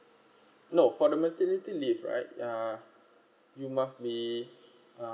no for the maternity leave right uh you must be uh